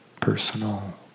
personal